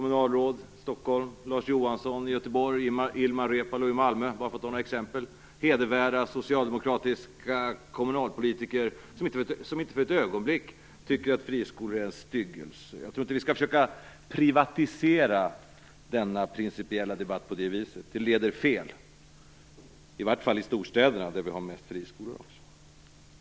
Malmö för att ta några exempel är hedervärda socialdemokratiska kommunalpolitiker som inte för ett ögonblick tycker att friskolor är en styggelse. Jag tror inte att vi skall privatisera denna principiella debatt på det viset. Det leder fel, i varje fall i storstäderna, där vi också har mest friskolor.